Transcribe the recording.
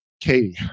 Katie